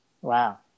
Wow